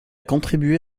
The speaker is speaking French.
contribué